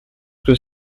que